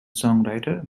songwriter